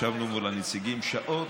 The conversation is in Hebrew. ישבנו מול הנציגים שעות,